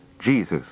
Jesus